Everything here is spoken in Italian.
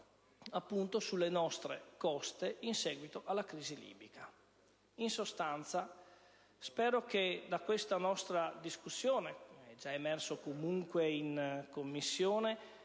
riversando sulle nostre coste in seguito alla crisi libica. In sostanza, spero che da questa nostra discussione, come già accaduto in Commissione,